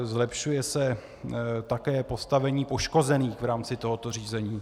Zlepšuje se také postavení poškozených v rámci tohoto řízení.